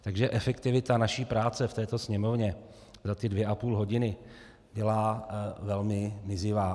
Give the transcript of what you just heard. Takže efektivita naší práce v této Sněmovně za ty dvě a půl hodiny byla velmi mizivá.